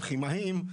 כימאים,